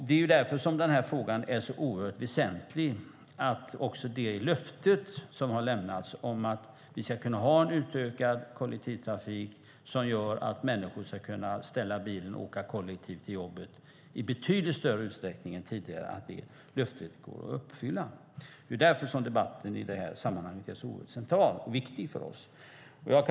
Därför är det så väsentligt att också löftet om en utökad kollektivtrafik som gör att människor i betydligt större omfattning än tidigare ska kunna ställa bilen och åka kollektivt till jobbet går att uppfylla. Det är därför som debatten i det här sammanhanget är oerhört central och viktig för oss.